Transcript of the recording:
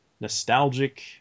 nostalgic